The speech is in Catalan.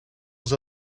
els